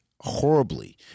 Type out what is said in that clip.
horribly